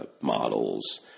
Models